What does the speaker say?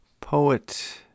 Poet